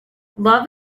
love